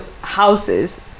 houses